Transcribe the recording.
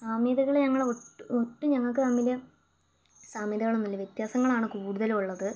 സാമ്യതകള് ഞങ്ങള് ഒട്ടു ഒട്ടും ഞങ്ങൾക്ക് തമ്മില് സാമ്യതകളൊന്നും ഇല്ല വ്യത്യാസങ്ങളാണ് കൂടുതലും ഉള്ളത്